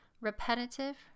repetitive